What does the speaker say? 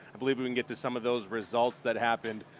i believe we can get to some of those results that happened.